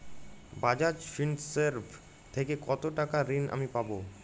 বাজাজ ফিন্সেরভ থেকে কতো টাকা ঋণ আমি পাবো?